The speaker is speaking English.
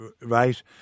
Right